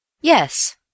Yes